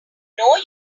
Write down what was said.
know